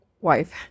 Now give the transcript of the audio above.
wife